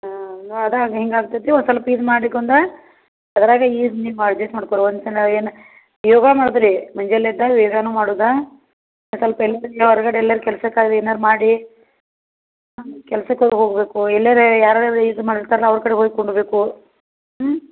ಹಾಂ ನೋಡಿ ಹಿಂಗೆ ಆಗ್ತೈತಿ ಒಂದು ಸೊಲ್ಪ ಇದು ಮಾಡಿಕೊಂಡ ಅದ್ರಾಗ ಈದ ನೀವು ಅಜೆಸ್ಟ್ ಮಾಡ್ಕೋರಿ ಒಂದು ಕ್ಷಣ ಏನು ಯೋಗ ಮಾಡುದ ರೀ ಮುಂಜಾಲೆ ಎದ್ದಾಗ ವೇಗಾನು ಮಾಡುದ ಒಂದು ಸ್ವಲ್ಪ ಎಲ್ಲರ ಹೊರಗಡೆ ಎಲ್ಲೆರೆ ಕೆಲಸ ಕಾರ್ಯ ಏನಾರ ಮಾಡಿ ಕೆಲ್ಸಕ್ಕೆ ಹೋದರು ಹೋಗಬೇಕು ಎಲ್ಲೆರೆ ಯಾರರೆ ಇದು ಮಾಡಿರ್ತರಲ್ಲ ಅವ್ರ ಕಡೆ ಹೋಗಿ ಕುಂದಬೇಕು ಹ್ಞೂ